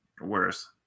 Worse